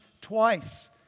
twice